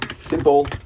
simple